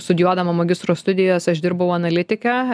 studijuodama magistro studijas aš dirbau analitike